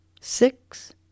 six